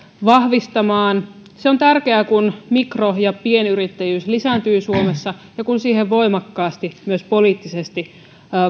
vahvistamaan se on tärkeää kun mikro ja pienyrittäjyys lisääntyy suomessa ja kun siihen voimakkaasti myös poliittisesti